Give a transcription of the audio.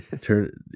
Turn